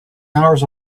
hours